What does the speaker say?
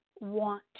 want